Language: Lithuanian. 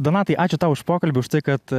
donatai ačiū tau už pokalbį už tai kad